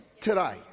today